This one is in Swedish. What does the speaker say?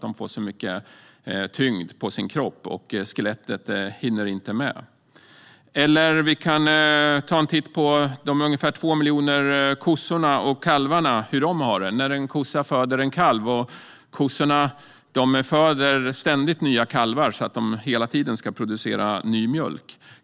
De får så mycket tyngd på sin kropp att skelettet inte hinner med. Vi kan ta en titt på de ungefär 2 miljonerna kossor och kalvar. Hur har de det? Kossorna föder ständigt nya kalvar, så att de hela tiden ska producera ny mjölk.